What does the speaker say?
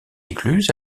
écluse